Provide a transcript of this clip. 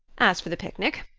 as for the picnic,